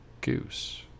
goose